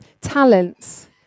Talents